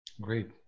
Great